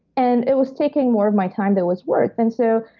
and it was taking more of my time that was worth. and so,